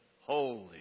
holy